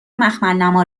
مخملنما